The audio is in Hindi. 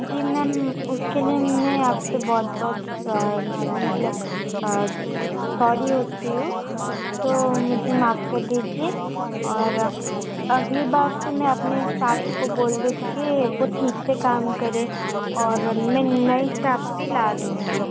जी मैम उसके लिए मैं आप से बहुत बहुत मतलब सॉरी होती हूँ तो मुझे माफ़ कर दीजिए और अगली बार से मैं अपने स्टाफ़्स को बोल दूँगी कि वो ठीक से काम करें और मैं नया स्टाफ़ भी ला दूँगी